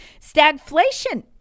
Stagflation